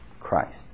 Christ